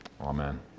Amen